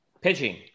Pitching